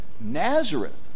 Nazareth